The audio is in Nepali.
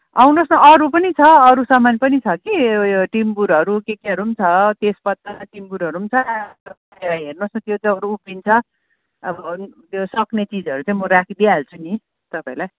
आउनुहोस् त अरू पनि छ अरू सामान पनि छ कि ऊ यो टिम्बुरहरू के केहरू पनि छ तेजपत्ता टिम्बुरहरू पनि छ हेर्नुहोस् न त्यो चाहिँहरू उब्रिन्छ अब त्यो सक्ने चिजहरू चाहिँ म राखिदिइहाल्छु नि तपाईँलाई